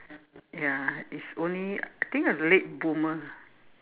ya it's only I think a late boomer